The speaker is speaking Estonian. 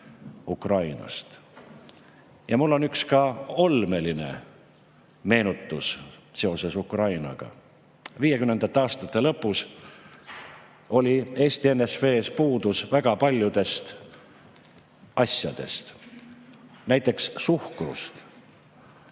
Ukrainast. Mul on ka üks olmeline meenutus seoses Ukrainaga. Viiekümnendate aastate lõpus oli Eesti NSV‑s puudus väga paljudest asjadest, näiteks suhkrust.